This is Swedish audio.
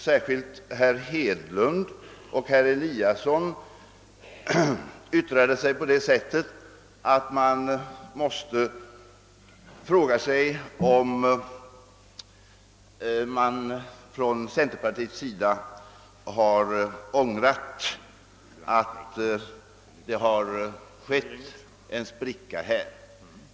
Särskilt herr Hedlund och berr Eliasson yttrade sig på ett sådant sätt att man måste fråga sig om centerpartisterna har ångrat att de låtit en spricka uppstå.